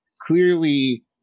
clearly